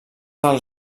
del